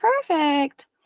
Perfect